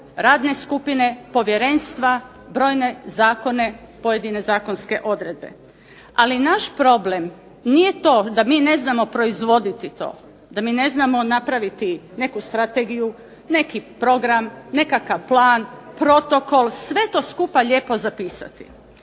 radne skupine, povjerenstva, brojne zakone, pojedine zakonske odredbe, ali naš problem nije to da mi ne znamo proizvoditi to, da mi ne znamo napraviti neku strategiju, neki program, nekakav plan, protokol, sve to skupa lijepo zapisati.